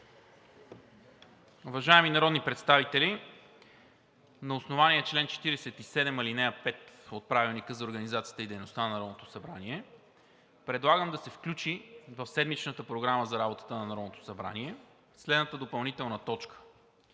Уважаеми народни представители, на основание чл. 47, ал. 5 от Правилника за организацията и дейността на Народното събрание предлагам да се включи в седмичната Програма за работата на Народното събрание следната допълнителна точка